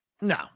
No